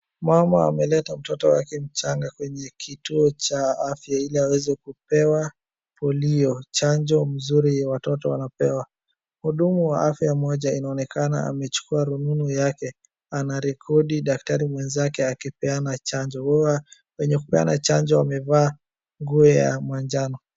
Mama ameleta mtoto wake mchanga kwenye kituo cha afya ili aweze kupewa polio. Chanjo mzuri watoto wanapewa. Mhudumu wa afya mmoja inaonekana amechukua rununu yake. Anarekodi daktari wenzake akipeana chanjo. Hao wenye kupeana chanjo wamevaa nguo ya manjano.